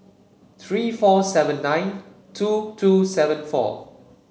three four seven nine two two seven four